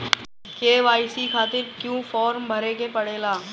KYC खातिर क्यूं form भरे के पड़ेला?